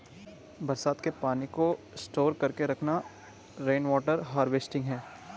बरसात के पानी को स्टोर करके रखना रेनवॉटर हारवेस्टिंग है